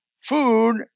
Food